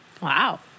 Wow